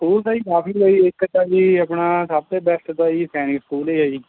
school ਤਾਂ ਕਾਫੀ ਹੈ ਜੀ ਇੱਕ ਤਾਂ ਜੀ ਆਪਣਾ ਸਭ ਤੋਂ ਬੈਸਟ ਤਾਂ ਜੀ ਸੈਨਿਕ ਸਕੂਲ ਹੀ ਹੈ ਜੀ